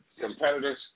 competitors